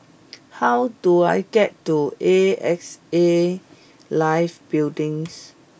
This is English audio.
how do I get to A X A Life Buildings